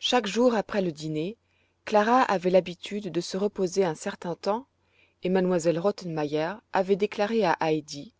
chaque jour après le dîner clara avait l'habitude de se reposer un certain temps et m elle rottenmeier avait déclaré à heidi